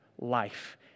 life